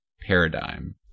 paradigm